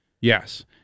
yes